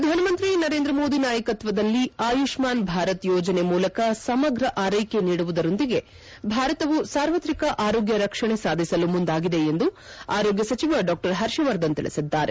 ಪ್ರಧಾನಮಂತ್ರಿ ನರೇಂದ್ರ ಮೋದಿ ನಾಯಕತ್ವದಲ್ಲಿ ಆಯುಷ್ಮಾನ್ ಭಾರತ್ ಯೋಜನೆ ಮೂಲಕ ಸಮಗ್ರ ಆರೈಕೆ ನೀಡುವುದರೊಂದಿಗೆ ಭಾರತವು ಸಾರ್ವತ್ರಿಕ ಆರೋಗ್ಯ ರಕ್ಷಣೆ ಸಾಧಿಸಲು ಮುಂದಾಗಿದೆ ಎಂದು ಆರೋಗ್ಯ ಸಚಿವ ಡಾ ಹರ್ಷವರ್ಧನ್ ತಿಳಿಸಿದ್ದಾರೆ